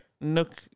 nook